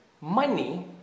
money